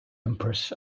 empress